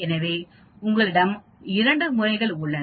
எனவே உங்களிடம் 2 முறைகள் உள்ளன